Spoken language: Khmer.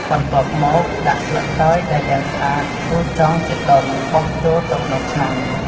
បន្ទាប់មក ដាក់ស្លឹកតើយដែលលាងស្អាត រួចចងជាដុំបោះចូលទៅក្នុងឆ្នាំង។